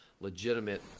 legitimate